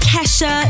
Kesha